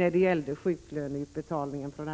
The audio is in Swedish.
hade ju löst denna fråga.